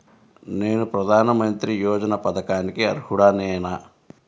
నేను ప్రధాని మంత్రి యోజన పథకానికి అర్హుడ నేన?